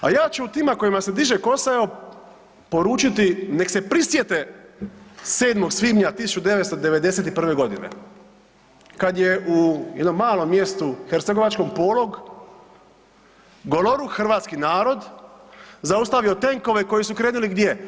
A ja ću tima kojima se diže kosa, evo poručiti nek se prisjete 7. svibnja 1991.g. kada je u jednom malom mjestu hercegovačkom Polog goloruk hrvatski narod zaustavio tenkovi koji su krenuli gdje?